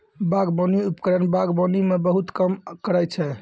बागबानी उपकरण बागबानी म बहुत काम करै छै?